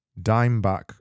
dimeback